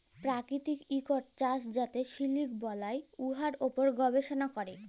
পাকিতিক ইকট চাষ যাতে সিলিক বালাই, উয়ার উপর গবেষলা ক্যরে